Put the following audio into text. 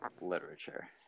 Literature